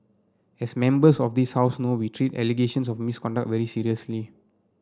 as Members of this House know we treat allegations of misconduct very seriously